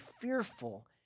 fearful